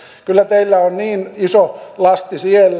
kyllä teillä on niin iso lasti siellä